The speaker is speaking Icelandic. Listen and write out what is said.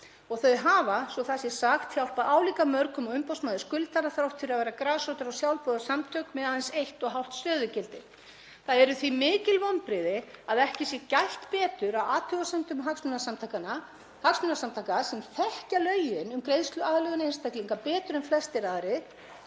Þau hafa, svo að það sé sagt, hjálpað álíka mörgum og umboðsmaður skuldara þrátt fyrir að vera grasrótar- og sjálfboðaliðasamtök með aðeins eitt og hálft stöðugildi. Það eru því mikil vonbrigði að ekki sé gætt betur að athugasemdum hagsmunasamtaka sem þekkja lögin um greiðsluaðlögun einstaklinga betur en flestir aðrir,